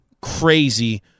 crazy